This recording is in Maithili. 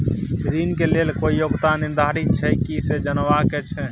ऋण के लेल कोई योग्यता निर्धारित छै की से जनबा के छै?